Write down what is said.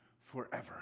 forever